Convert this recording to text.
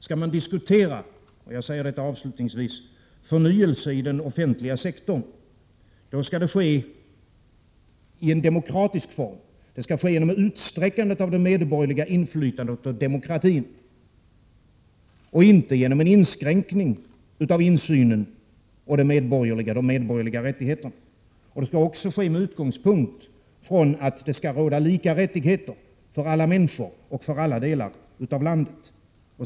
Skall man diskutera förnyelse i den offentliga sektorn, då skall det ske i en demokratisk form. Det skall ske genom utsträckande av det medborgerliga inflytandet och demokratin, inte genom en inskränkning av insynen och de medborgerliga rättigheterna. Det skall också ske med utgångspunkt i att det skall råda lika rättigheter för alla människor och för alla delar av landet.